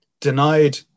denied